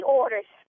orders